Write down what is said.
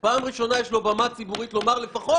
לא בגלל הדברים שאמרת עכשיו,